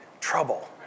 trouble